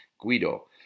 Guido